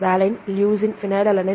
valine leucine phenylalanine